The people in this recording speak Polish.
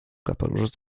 kapelusz